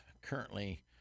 currently